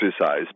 exercise